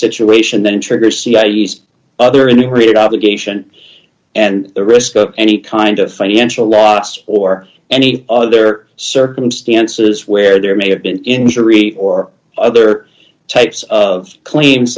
situation then trigger cods other enumerated obligation and the risk of any kind of financial loss or any other circumstances where there may have been injury d or other types of claims